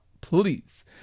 Please